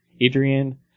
Adrian